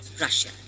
Russia